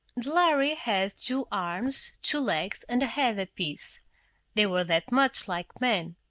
lhari had two arms, two legs and a head apiece they were that much like men.